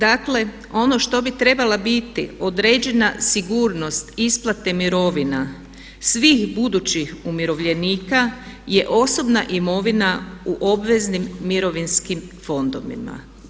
Dakle, ono što bi trebala biti određena sigurnost isplate mirovina svih budućih umirovljenika je osobna imovina u obveznim mirovinskim fondovima.